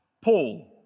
Paul